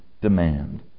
demand